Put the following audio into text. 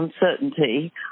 uncertainty